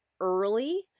early